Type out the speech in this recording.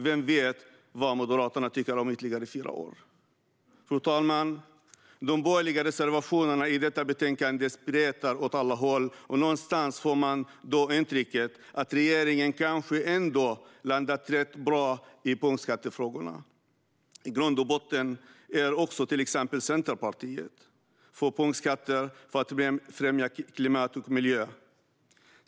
Vem vet vad Moderaterna tycker om ytterligare fyra år? Fru talman! De borgerliga reservationerna i detta betänkande spretar åt alla håll. Någonstans får man då intrycket att regeringen kanske ändå landat rätt bra i punktskattefrågorna. I grund och botten är också till exempel Centerpartiet för punktskatter för att främja klimat och miljö.